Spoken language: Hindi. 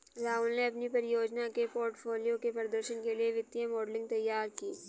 राहुल ने अपनी परियोजना के पोर्टफोलियो के प्रदर्शन के लिए वित्तीय मॉडलिंग तैयार की